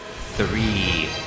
three